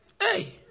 Hey